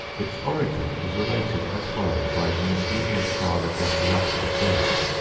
its origin is related as follows by the ingenious father gassalasca jape,